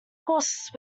course